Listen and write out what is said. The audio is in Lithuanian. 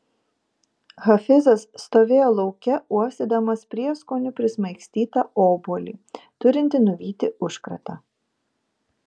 hafizas stovėjo lauke uostydamas prieskonių prismaigstytą obuolį turintį nuvyti užkratą